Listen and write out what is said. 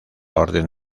orden